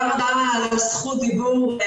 תודה רבה על זכות הדיבור.